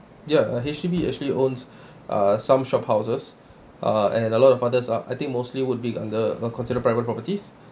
ya uh H_D_B actually owns uh some shophouses uh and and a lot of others are I think mostly would be under considered private properties